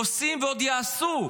עושים ועוד יעשו,